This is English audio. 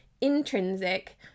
intrinsic